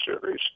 Series